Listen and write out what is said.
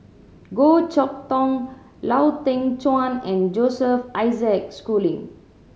Goh Chok Tong Lau Teng Chuan and Joseph Isaac Schooling